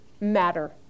matter